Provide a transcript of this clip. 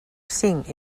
cinc